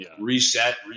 reset